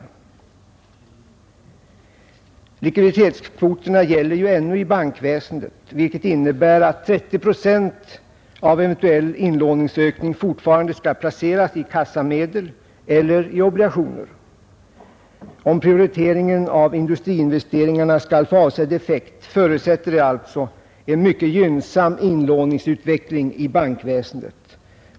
Reglerna om likviditetskvoter gäller ju ännu inom bankväsendet, vilket innebär att 30 procent av eventuell inlåningsökning fortfarande skall placeras i kassamedel eller i obligationer. Om prioriteringen av industriinvesteringarna skall få avsedd effekt förutsätter det alltså en mycket gynnsam inlåningsutveckling i bankväsendet.